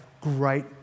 great